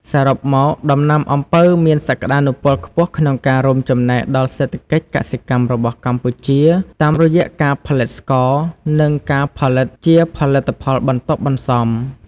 សរុបមក ដំណាំអំពៅមានសក្តានុពលខ្ពស់ក្នុងការរួមចំណែកដល់សេដ្ឋកិច្ចកសិកម្មរបស់កម្ពុជា តាមរយៈការផលិតស្ករ និងការផលិតជាផលិតផលបន្ទាប់បន្សំ។